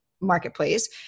marketplace